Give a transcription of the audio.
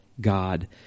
God